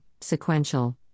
sequential